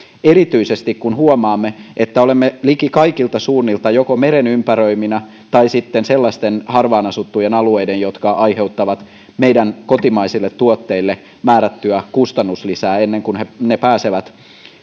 erityisesti kun huomaamme että olemme liki kaikilta suunnilta joko meren ympäröiminä tai sitten sellaisten harvaan asuttujen alueiden jotka aiheuttavat meidän kotimaisille tuotteillemme määrättyä kustannuslisää ennen kuin ne pääsevät